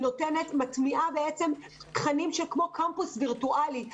היא מטמיעה תכנים שהם כמו קמפוס וירטואלי,